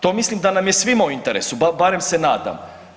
To mislim da nam je svima u interesu, barem se nadam.